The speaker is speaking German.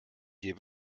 dir